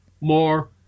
more